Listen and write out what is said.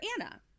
anna